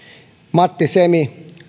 matti semi